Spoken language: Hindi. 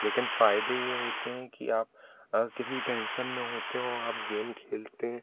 लेकिन फ़ायदे ये होते हैं कि आप अगर किसी टेंशन में होते हो आप गेम खेलते हैं